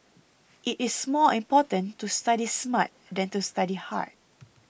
it is more important to study smart than to study hard